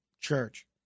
church